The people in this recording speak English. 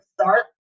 start